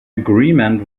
agreement